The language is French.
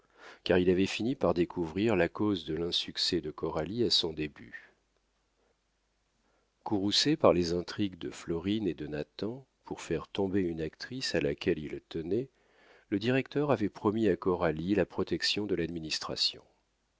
car il avait fini par découvrir la cause de l'insuccès de coralie à son début courroucé par les intrigues de florine et de nathan pour faire tomber une actrice à laquelle il tenait le directeur avait promis à coralie la protection de l'administration